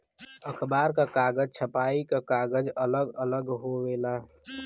अखबार क कागज, छपाई क कागज अलग अलग होवेला